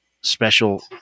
special